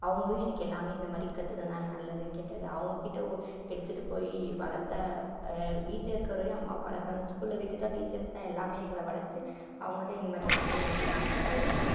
அவங்களும் எனக்கு எல்லாமே இந்த மாதிரி கற்றுத்தந்தாங்க நல்லது கெட்டது அவங்க கிட்டே எடுத்துட்டு போய் வளர்த்த வீட்டில் இருக்கிற வரையும் அம்மா அப்பா இருக்கிறாங்க ஸ்கூலில் விட்டுட்டா டீச்சர்ஸ் தான் எல்லாமே எங்களை வளர்த்து அவங்க தான் இந்த மாதிரி எல்லாமே எனக்கு கற்று தந்தாங்க